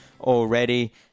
already